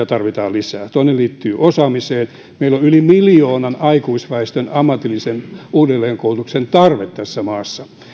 tarvitaan lisää toinen liittyy osaamiseen meillä on yli miljoonan aikuisväestön ihmisen ammatillisen uudelleenkoulutuksen tarve tässä maassa